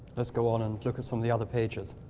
let's go on and look at some of the other pages.